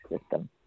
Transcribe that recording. system